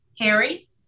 Harry